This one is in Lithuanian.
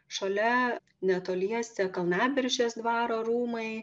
šalia netoliese kalnaberžės dvaro rūmai